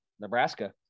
Nebraska